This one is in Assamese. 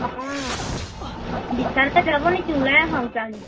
অঁ বিশাললৈ যাব নেকি ওলাই আহক যায় যদি